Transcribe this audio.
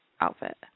outfit